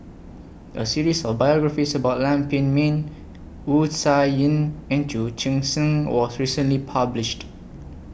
A series of biographies about Lam Pin Min Wu Tsai Yen and Chu Chee Seng was recently published